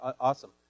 awesome